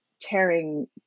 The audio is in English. tearing